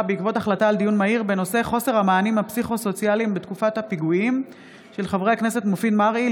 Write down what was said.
בעקבות דיון מהיר בהצעתם של חברי הכנסת מופיד מרעי,